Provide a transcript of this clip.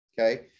okay